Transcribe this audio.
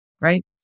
right